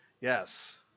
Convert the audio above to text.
Yes